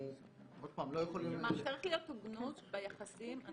צריכה להיות הוגנות ביחסים.